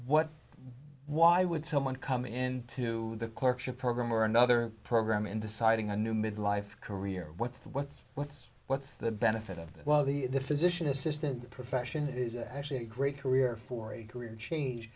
what why would someone come into the cork ship program or another program in deciding a new mid life career what's the what's what's what's the benefit of that while the physician assisted the profession is actually a great career for a career change